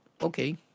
okay